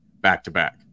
back-to-back